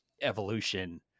evolution